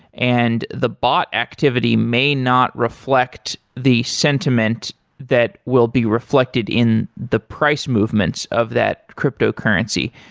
and the bot activity may not reflect the sentiment that will be reflected in the price movements of that cryptocurrency.